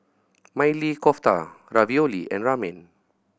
Maili Kofta Ravioli and Ramen